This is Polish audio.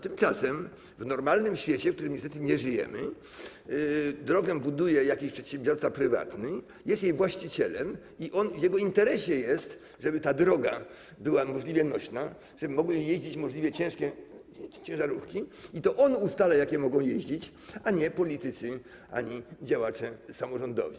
Tymczasem w normalnym świecie, w którym niestety nie żyjemy, drogę buduje jakiś prywatny przedsiębiorca, jest jej właścicielem i w jego interesie jest, żeby ta droga była możliwie nośna, żeby mogły nią jeździć możliwie ciężkie ciężarówki, i to on ustala, jakie samochody mogą jeździć, a nie politycy ani działacze samorządowi.